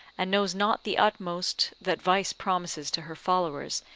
and knows not the utmost that vice promises to her followers,